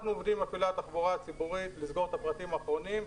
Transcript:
אנחנו עובדים עם מפעילי התחבורה הציבורית לסגור את הפרטים האחרונים.